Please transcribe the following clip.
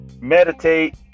meditate